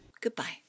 goodbye